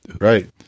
Right